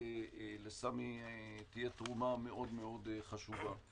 לסמי תהיה תרומה מאוד חשובה במובן הזה.